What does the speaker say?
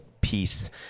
piece